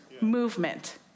movement